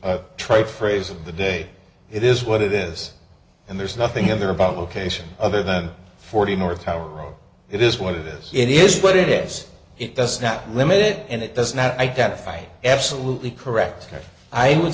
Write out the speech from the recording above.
the trite phrase of the day it is what it is and there's nothing in there about location other than forty north tower it is what it is it is what it is it does not limit it and it does not identify absolutely correct i would